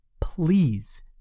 please